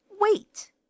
Wait